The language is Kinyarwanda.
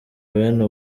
bene